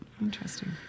Interesting